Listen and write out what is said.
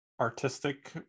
artistic